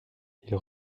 ils